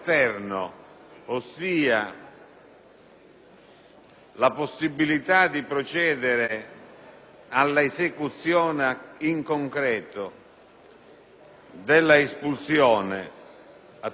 la possibilità di procedere all'esecuzione in concreto dell'espulsione (attività di natura meramente amministrativa),